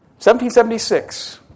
1776